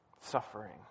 Suffering